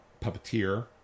Puppeteer